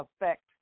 affect